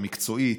המקצועית,